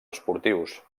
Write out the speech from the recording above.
esportius